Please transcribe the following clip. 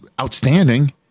outstanding